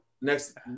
next